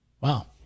Wow